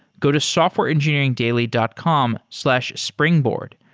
go to softwareengineeringdaily dot com slash springboard.